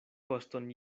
koston